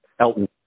Elton